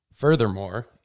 Furthermore